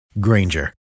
Granger